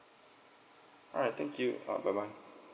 alright thank you orh bye bye